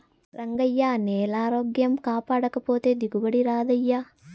రంగయ్యా, నేలారోగ్యం కాపాడకపోతే దిగుబడి రాదయ్యా